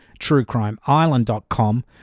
truecrimeisland.com